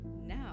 now